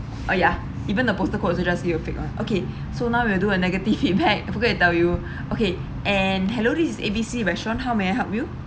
oh ya even the postal code also just give a fake [one] okay so now we'll do a negative feedback forget to tell you okay and hello this is A B C restaurant how may I help you